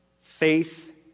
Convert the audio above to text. Faith